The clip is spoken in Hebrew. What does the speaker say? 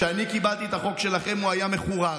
כשאני קיבלתי את החוק שלכם הוא היה מחורר,